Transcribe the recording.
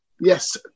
Yes